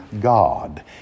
God